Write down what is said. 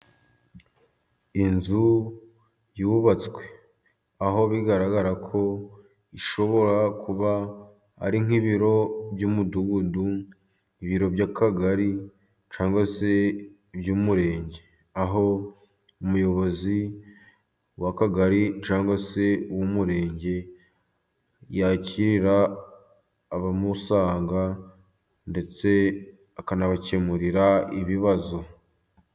Inzu yubatswe, aho bigaragara ko ishobora kuba ari nk'ibiro by'umudugudu, ibiro by'akagari cyangwa se iby'umurenge, aho umuyobozi w'akagari cyangwa se uw'umurenge, yakirira abamusanga ndetse akanabakemurira ibibazo.